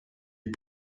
est